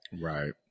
Right